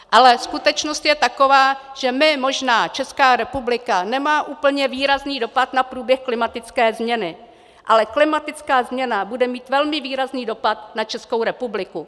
Ale skutečnost je taková, že my možná, Česká republika, nemáme tak úplně výrazný dopad na průběh klimatické změny, ale klimatická změna bude mít velmi výrazný dopad na Českou republiku.